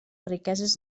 riqueses